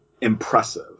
impressive